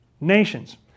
nations